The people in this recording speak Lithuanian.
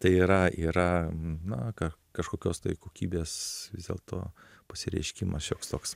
tai yra yra na ką kažkokios tai kokybės vis dėlto pasireiškimas šioks toks